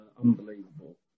unbelievable